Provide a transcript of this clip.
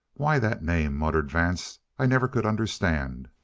why that name, muttered vance, i never could understand.